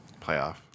Playoff